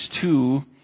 two